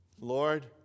Lord